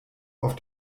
auf